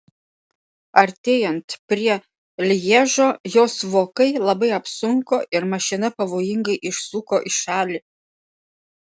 artėjant prie lježo jos vokai labai apsunko ir mašina pavojingai išsuko į šalį